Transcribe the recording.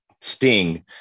Sting